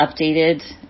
updated